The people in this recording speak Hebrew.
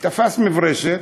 תפס מברשת,